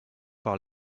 par